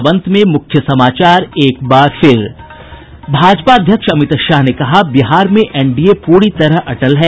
और अब अंत में मुख्य समाचार भाजपा अध्यक्ष अमित शाह ने कहा बिहार में एनडीए पूरी तरह अटल है